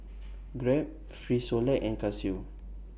Grab Frisolac and Casio